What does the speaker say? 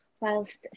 Whilst